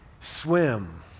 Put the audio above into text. swim